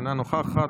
אינה נוכחת,